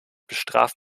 bestraft